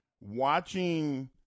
watching